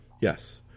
Yes